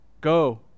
go